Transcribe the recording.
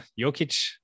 Jokic